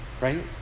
right